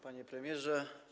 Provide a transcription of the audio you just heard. Panie Premierze!